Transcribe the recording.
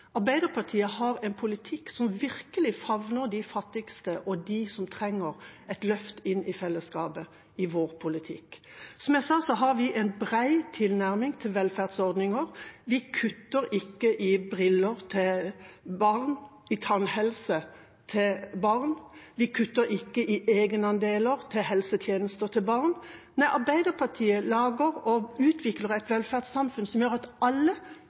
Arbeiderpartiet har en politikk som virkelig favner de fattigste og de som trenger et løft inn i fellesskapet. Som jeg sa, har vi en bred tilnærming til velferdsordninger. Vi kutter ikke i briller til barn eller i tannhelsetjenester til barn, vi kutter ikke i egenandeler til helsetjenester til barn. Nei, Arbeiderpartiet lager og utvikler et velferdssamfunn som gjør at alle